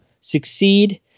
succeed